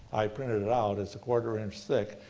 i printed it out, it's a quarter inch thick,